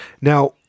Now